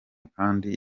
kandi